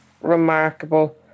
Remarkable